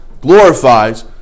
glorifies